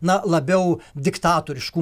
na labiau diktatoriškų